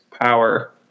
power